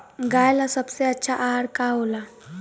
गाय ला सबसे अच्छा आहार का होला?